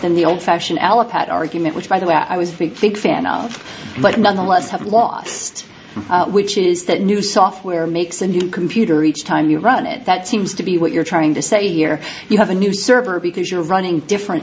than the old fashioned allopath argument which by the way i was the big fan of but nonetheless have lost which is that new software makes a new computer each time you run it that seems to be what you're trying to say you're you have a new server because you're running different